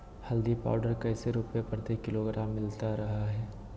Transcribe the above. हल्दी पाउडर कैसे रुपए प्रति किलोग्राम मिलता रहा है?